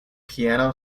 piano